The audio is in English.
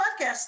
podcast